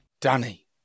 Danny